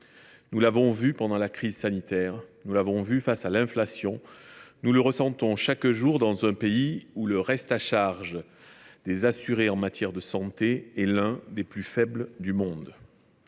nous l’avons vu pendant la crise sanitaire, nous l’avons vu face à l’inflation, nous le ressentons, chaque jour, dans un pays où le reste à charge des assurés en matière de santé est l’un des plus faibles du monde.